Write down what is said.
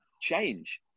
change